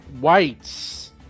whites